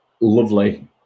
lovely